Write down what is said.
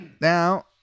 Now